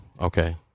okay